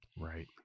Right